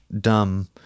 dumb